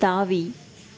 தாவி